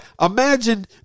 Imagine